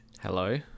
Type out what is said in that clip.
Hello